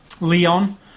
Leon